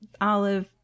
Olive